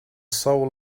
soul